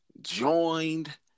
Joined